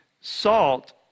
Salt